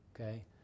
Okay